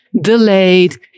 delayed